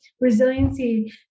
resiliency